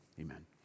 Amen